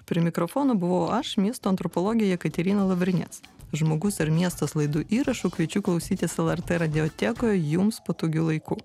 prie mikrofono buvau aš miesto antropologė jekaterina lavrinec žmogus ir miestas laidų įrašų kviečiu klausytis lrt radiotekoje jums patogiu laiku